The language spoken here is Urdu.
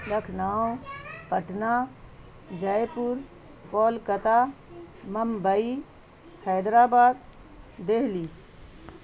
لکھنؤ پٹنہ جے پور کولکتہ ممبئی حیدرآباد دہلی